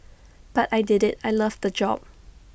but I did IT I loved the job